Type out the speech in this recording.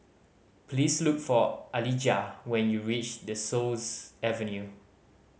please look for Alijah when you reach De Souza Avenue